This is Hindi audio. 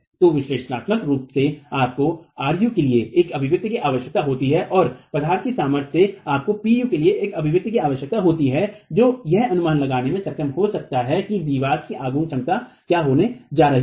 तो विश्लेषणात्मक रूप से आपको ru के लिए एक अभिव्यक्ति की आवश्यकता होती है और पदार्थ की सामर्थ्य से आपको Pu के लिए एक अभिव्यक्ति की आवश्यकता होती है जो यह अनुमान लगाने में सक्षम हो सकता है कि दीवार की आघूर्ण क्षमता क्या होने जा रही है